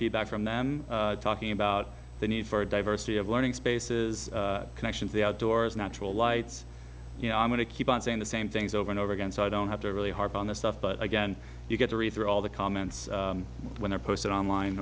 feedback from them talking about the need for a diversity of learning spaces connection to the outdoors natural lights you know i'm going to keep on saying the same things over and over again so i don't have to really harp on this stuff but again you get to read through all the comments when they're posted online